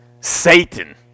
Satan